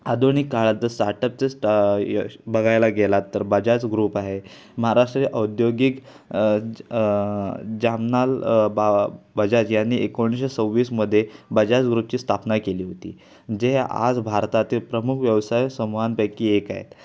आधुनिक काळात जर स्टार्ट अपचे स्टा यश बघायला गेलात तर बजाज ग्रुप आहे महाराष्ट्र औद्योगिक जामनालाल बा बजाज यांनी एकोणीसशे सव्वीसमध्ये बजाज ग्रुपची स्थापना केली होती जे आज भारतातील प्रमुख व्यवसाय समूहांपैकी एक आहेत